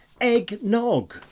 Eggnog